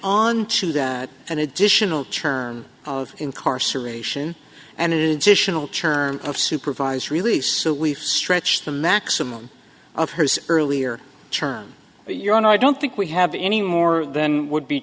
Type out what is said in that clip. on to that and additional term of incarceration and incisional term of supervised release so we stretched the maximum of her earlier term your honor i don't think we have any more than would be